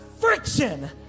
friction